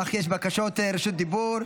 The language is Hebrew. אך יש בקשות רשות דיבור.